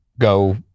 go